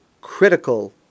critical